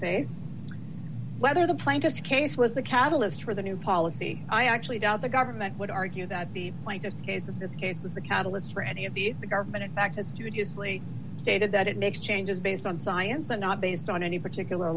say whether the plaintiff's case was the catalyst for the new policy i actually doubt the government would argue that the plaintiff's case that this case was the catalyst for any of these the government in fact has studiously stated that it makes changes based on science and not based on any particular